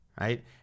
right